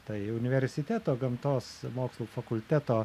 tai universiteto gamtos mokslų fakulteto